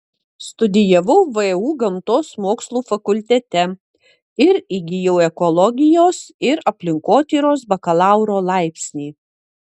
studijavau vu gamtos mokslų fakultete ir įgijau ekologijos ir aplinkotyros bakalauro laipsnį